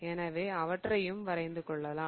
எனவே அவற்றையும் வரைந்து கொள்ளலாம்